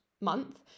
month